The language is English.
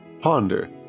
ponder